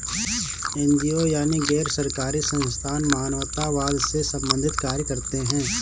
NGO यानी गैर सरकारी संस्थान मानवतावाद से संबंधित कार्य करते हैं